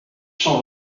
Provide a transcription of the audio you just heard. champ